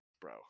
bro